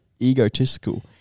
egotistical